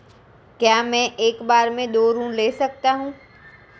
क्या मैं एक बार में दो ऋण ले सकता हूँ?